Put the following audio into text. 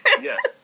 Yes